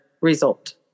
result